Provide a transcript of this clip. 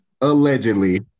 allegedly